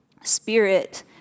Spirit